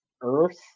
earth